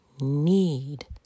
need